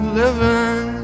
living